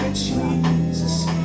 Jesus